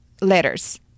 letters